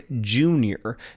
junior